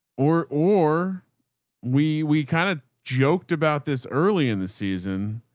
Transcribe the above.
or, or we, we kind of joked about this early in the season,